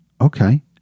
okay